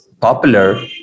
popular